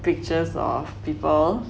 pictures of people